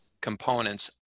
components